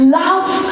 love